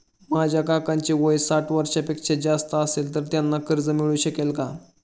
माझ्या काकांचे वय साठ वर्षांपेक्षा जास्त असेल तर त्यांना कर्ज मिळू शकेल का?